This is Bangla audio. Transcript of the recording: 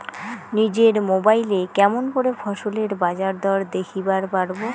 নিজের মোবাইলে কেমন করে ফসলের বাজারদর দেখিবার পারবো?